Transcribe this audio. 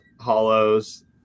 hollows